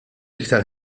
iktar